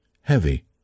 heavy